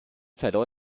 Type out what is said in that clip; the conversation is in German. verlor